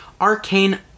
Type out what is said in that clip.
Arcane